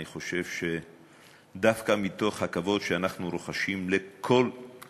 אני חושב שדווקא מתוך הכבוד שאנחנו רוחשים לכולם,